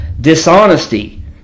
Dishonesty